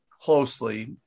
closely